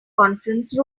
conference